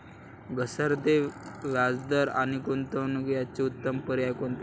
घसरते व्याजदर आणि गुंतवणूक याचे उत्तम पर्याय कोणते?